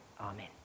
Amen